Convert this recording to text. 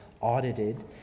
audited